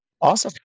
Awesome